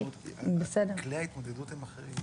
כלי ההתמודדות הם אחרים.